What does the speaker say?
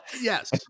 Yes